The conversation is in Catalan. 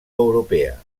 europea